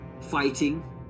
fighting